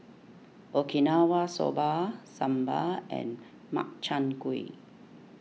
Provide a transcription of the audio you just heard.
Okinawa Soba Sambar and Makchang Gui